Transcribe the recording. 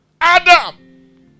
Adam